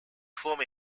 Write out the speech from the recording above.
form